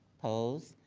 opposed?